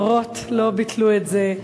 דורות לא ביטלו את זה.